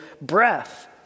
breath